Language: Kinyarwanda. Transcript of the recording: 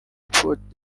pierrot